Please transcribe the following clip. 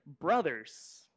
brothers